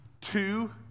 two